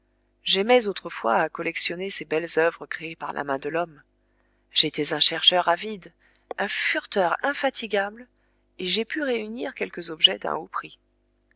j'aimais autrefois à collectionner ces belles oeuvres créées par la main de l'homme j'étais un chercheur avide un fureteur infatigable et j'ai pu réunir quelques objets d'un haut prix